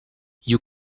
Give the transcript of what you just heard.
you